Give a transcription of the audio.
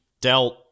dealt